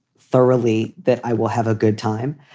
thoroughly that i will have a good time.